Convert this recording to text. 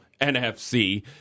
NFC